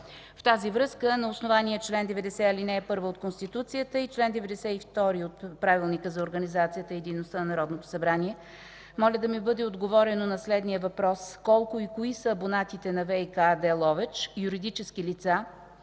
В тази връзка, на основание чл. 90, ал. 1 от Конституцията и чл. 92 от Правилника за организацията и дейността на Народното събрание, моля да ми бъде отговорено на следния въпрос: колко и кои са абонатите на ВиК АД – Ловеч – юридически лица,